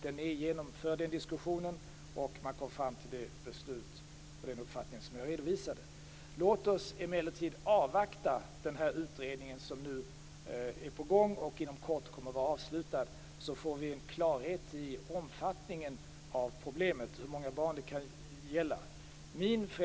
Den är genomförd, och man har kommit fram till den uppfattning som jag har redovisat. Låt oss emellertid avvakta den utredning som är på gång och kommer att vara avslutad inom kort, så får vi klarhet i problemets omfattning, dvs. hur många barn det kan gälla.